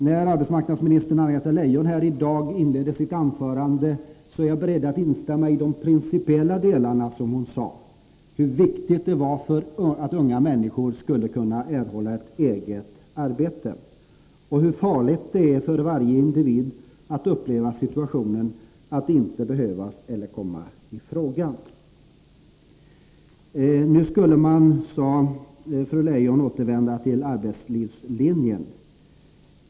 Jag är beredd att instämma i de principiella delarna i inledningen av arbetsmarknadsminister Anna-Greta Leijons anförande här i dag om hur viktigt det är för unga människor att kunna erhålla ett eget arbete och hur farligt det är för varje individ att uppleva situationen att inte behövas eller komma i fråga. Nu skulle man, sade fru Leijon, återvända till arbetslivslinjen.